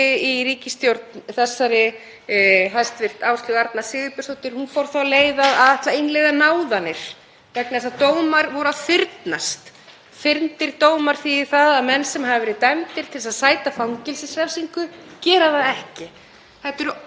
Fyrndir dómar þýða það að menn sem hafa verið dæmdir til að sæta fangelsisrefsingu gera það ekki. Það eru ótrúlega óheilbrigð skilaboð til samfélagsins alls að staðan sé þessi og hún hefur verið svona árum saman.